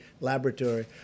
laboratory